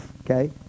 Okay